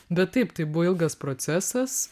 bet taip tai buvo ilgas procesas